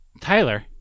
Tyler